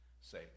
say